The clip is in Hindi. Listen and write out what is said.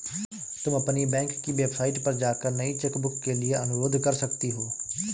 तुम अपनी बैंक की वेबसाइट पर जाकर नई चेकबुक के लिए अनुरोध कर सकती हो